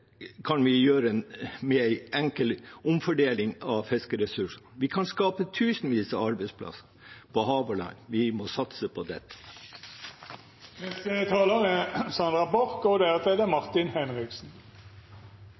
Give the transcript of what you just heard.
kan vi gjøre noe med med enkel omfordeling av fiskeressursene. Vi kan skape tusenvis av arbeidsplasser på hav og land. Vi må satse på det. «Nordområdemeldingen» høres fint og flott ut, men realiteten er